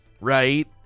right